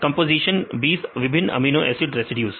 composition 20 विभिन्न amino acid residues